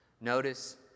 Notice